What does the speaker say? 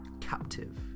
captive